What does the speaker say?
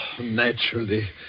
Naturally